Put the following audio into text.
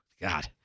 God